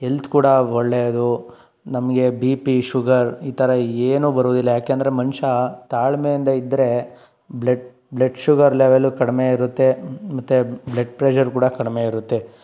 health ಕೂಡ ಒಳ್ಳೆಯದು ನಮಗೆ ಬಿ ಪಿ ಶುಗರ್ ಈ ಥರ ಏನೂ ಬರೋದಿಲ್ಲ ಯಾಕೆಂದರೆ ಮನುಷ್ಯ ತಾಳ್ಮೆಯಿಂದ ಇದ್ದರೆ ಬ್ಲೆಡ್ ಬ್ಲೆಡ್ ಶುಗರ್ ಲೆವೆಲೂ ಕಡಿಮೆ ಇರುತ್ತೆ ಮತ್ತು ಬ್ಲೆಡ್ ಪ್ರೆಷರ್ ಕೂಡ ಕಡಿಮೆ ಇರುತ್ತೆ